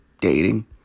dating